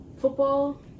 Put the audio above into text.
football